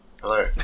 hello